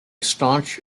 staunch